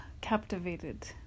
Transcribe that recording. captivated